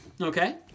Okay